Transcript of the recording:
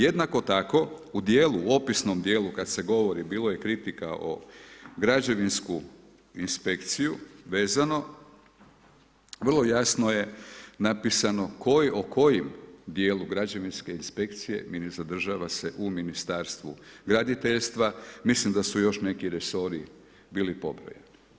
Jednako tako u djelu, opisnom djelu kad se govori, bilo je kritika o građevinsku inspekciju vezano vrlo jasno je napisano o kojem djelu građevinske inspekcije zadržava se u Ministarstvu graditeljstva, mislim da su još neki resori bili pobrojani.